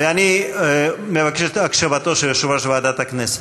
ואני מבקש את הקשבתו של יושב-ראש ועדת הכנסת: